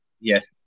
Yes